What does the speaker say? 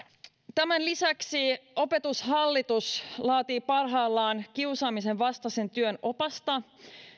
tämän lisäksi opetushallitus laatii parhaillaan kiusaamisen vastaisen työn opasta